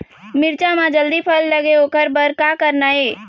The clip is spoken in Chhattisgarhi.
मिरचा म जल्दी फल लगे ओकर बर का करना ये?